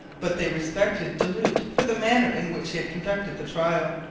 but they respected du lhut for the manner in which he had conducted the trial,